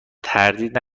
تردید